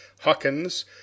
Hawkins